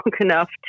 enough